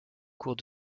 cours